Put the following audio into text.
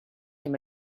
him